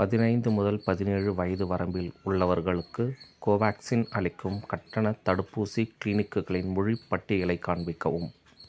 பதினைந்து முதல் பதினேழு வயது வரம்பில் உள்ளவர்களுக்கு கோவேக்சின் அளிக்கும் கட்டணத் தடுப்பூசி க்ளீனிக்குகளின் முழுப் பட்டியலை காண்பிக்கவும்